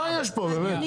מה יש פה באמת?